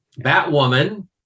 Batwoman –